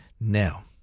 Now